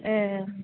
ए